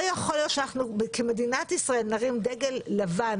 לא יכול להיות שאנחנו כמדינת ישראל נרים עכשיו דגל לבן